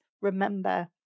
remember